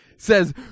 says